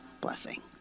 blessing